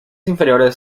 inferiores